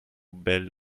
belle